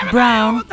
Brown